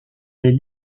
les